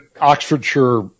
Oxfordshire